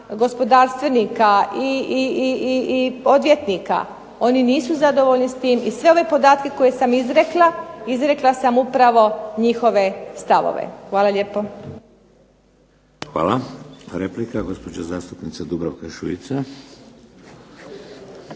gospodarstvenika i odvjetnika oni nisu zadovoljni s tim i sve ove podatke koje sam izrekla, izrekla sam upravo njihove stavove. Hvala lijepo. **Šeks, Vladimir (HDZ)** Hvala. Replika, gospođa zastupnica Dubravka Šuica.